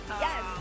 Yes